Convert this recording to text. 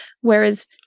whereas